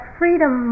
freedom